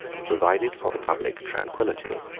provided for the public tranquility,